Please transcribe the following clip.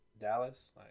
Dallas